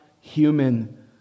human